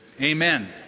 amen